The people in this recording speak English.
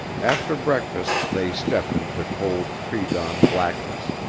after breakfast they stepped into the cold predawn blackness.